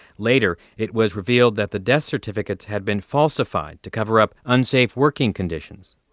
later, it was revealed that the death certificates had been falsified to cover up unsafe working conditions.